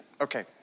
Okay